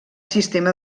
sistema